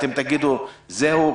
תגידו: זהו,